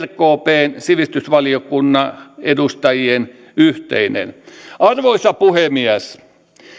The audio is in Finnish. rkpn sivistysvaliokunnan edustajien yhteinen arvoisa puhemies